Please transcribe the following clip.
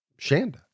Shanda